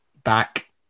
back